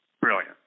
Brilliant